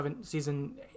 season